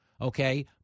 Okay